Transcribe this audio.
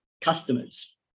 customers